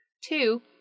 Two